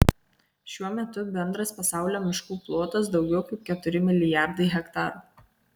šiuo metu bendras pasaulio miškų plotas daugiau kaip keturi milijardai hektarų